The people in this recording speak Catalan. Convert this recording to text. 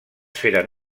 feren